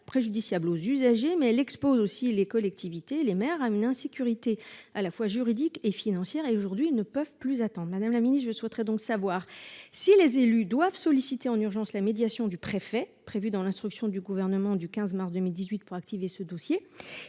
préjudiciable aux usagers mais elle expose aussi les collectivités, les maires à une insécurité à la fois juridiques et financières et aujourd'hui, ils ne peuvent plus attendre. Madame la Ministre je souhaiterais donc savoir si les élus doivent solliciter en urgence la médiation du préfet prévue dans l'instruction du gouvernement du 15 mars 2018 pour activer ce dossier